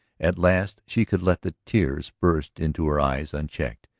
at last she could let the tears burst into her eyes unchecked,